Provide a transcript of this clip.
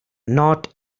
not